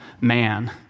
man